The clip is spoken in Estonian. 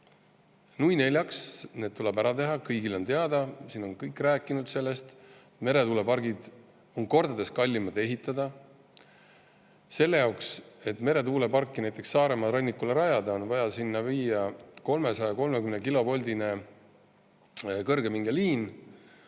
Nui neljaks, need tuleb ära teha. Kõigile on teada, siin on kõik sellest rääkinud, et meretuulepargid on kordades kallimad ehitada. Selle jaoks, et meretuuleparki näiteks Saaremaa rannikule rajada, on vaja sinna viia 330-kilovoldine kõrgepingeliin,